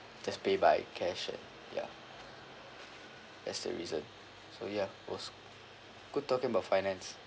just pay by cash and ya that's the reason so ya it was good talking about finance